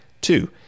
Two